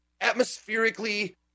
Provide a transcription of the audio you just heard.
atmospherically